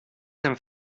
hem